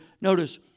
notice